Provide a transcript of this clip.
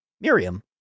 Miriam